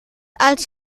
als